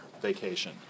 vacation